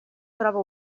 troba